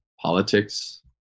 politics